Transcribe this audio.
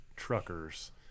truckers